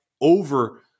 over